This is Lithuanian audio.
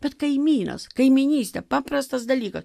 bet kaimynas kaimynystė paprastas dalykas